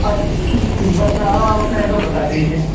اچھا ٹھیک ٹھیک بس میں آ رہا ہوں آپ اپنا ایڈریس بتا دیجیے